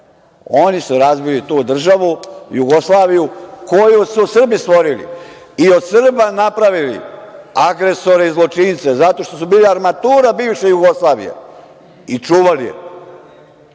Oni su razbili tu državu, Jugoslaviju, koju su Srbi stvorili i od Srba napravili agresore i zločince, zato što su bili armatura bivše Jugoslavije i čuvali